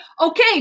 okay